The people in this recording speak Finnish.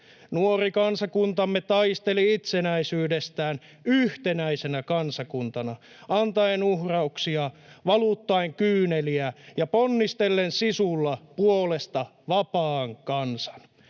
Nuori kansakuntamme taisteli itsenäisyydestään yhtenäisenä kansakuntana, antaen uhrauksia, valuttaen kyyneliä ja ponnistellen sisulla puolesta vapaan kansan.